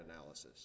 analysis